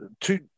two